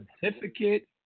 certificate